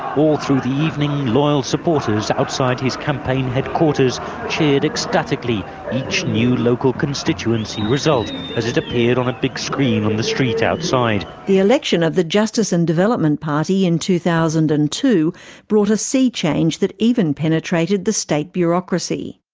all through the evening, loyal supporters outside his campaign headquarters cheered ecstatically each new local constituency result as it appeared on a big screen on the street outside. the election of the justice and development party in two thousand and two brought a sea change that even penetrated the state bureaucracy.